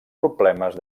problemes